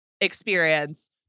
experience